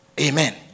Amen